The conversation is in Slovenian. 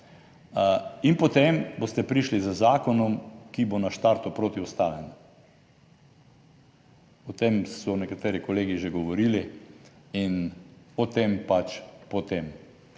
in potem boste prišli z zakonom, ki bo na štartu protiustaven. O tem so nekateri kolegi že govorili in o tem pač, po tem.